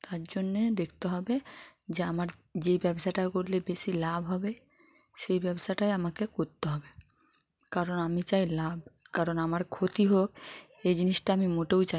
তার জন্য দেখতে হবে যে আমার যেই ব্যবসাটা করলে বেশি লাভ হবে সেই ব্যবসাটাই আমাকে করতে হবে কারণ আমি চাই লাভ কারণ আমার ক্ষতি হোক এ জিনিসটা আমি মোটেও চাই